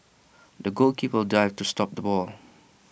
the goalkeeper dived to stop the ball